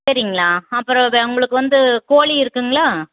சரிங்களா அப்புறம் உங்களுக்கு வந்து கோழி இருக்குதுங்களா